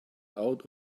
out